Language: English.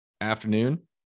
afternoon